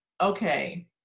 Okay